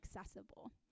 accessible